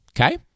Okay